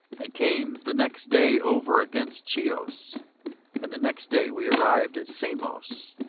and came the next day over against chios and the next day we arrived at samos,